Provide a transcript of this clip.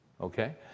Okay